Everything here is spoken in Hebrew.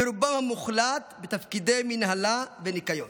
ורובם המוחלט בתפקידי מינהלה וניקיון.